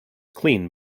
clean